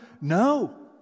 No